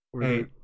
Hey